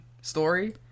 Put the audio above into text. story